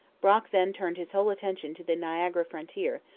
brock then turned his whole attention to the niagara frontier,